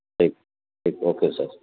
ٹھیک ٹھیک okay سر